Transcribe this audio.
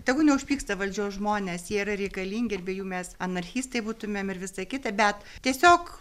tegu neužpyksta valdžios žmonės jie yra reikalingi ir be jų mes anarchistai būtumėm ir visa kita bet tiesiog